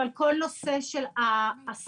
אבל כל הנושא של ההסמכות,